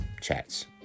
chats